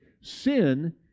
Sin